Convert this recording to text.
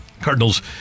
Cardinals